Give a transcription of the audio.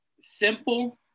simple